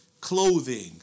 Clothing